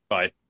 Bye